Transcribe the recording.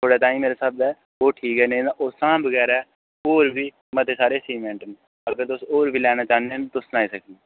थुआढ़े ताई मेरे स्हाबै ओह् ठीक ऐ नेईं तां उस थमां बगैरा होर बी मते सारे सीमैंट न अगर तुस होर बी लैना चांह्दे तां तुस सनाई सकने